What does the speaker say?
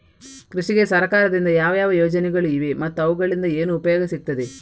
ಕೃಷಿಗೆ ಸರಕಾರದಿಂದ ಯಾವ ಯಾವ ಯೋಜನೆಗಳು ಇವೆ ಮತ್ತು ಅವುಗಳಿಂದ ಏನು ಉಪಯೋಗ ಸಿಗುತ್ತದೆ?